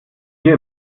hier